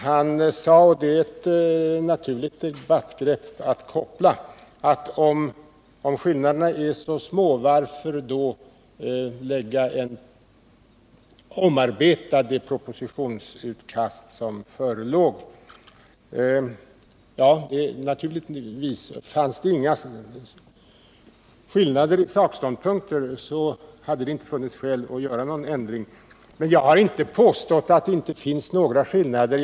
Nils G. Åsling sade — och det är ett naturligt debattgrepp att koppla — att om skillnaderna är så små, varför då lägga fram en proposition som innebär en omarbetning av det utkast som förelåg? Ja, om det inte förelegat några skillnader i sakståndpunkter skulle det naturligtvis inte ha funnits skäl att göra någon ändring. Men jag har inte påstått att det inte finns några skillnader.